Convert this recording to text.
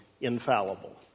infallible